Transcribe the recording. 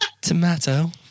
Tomato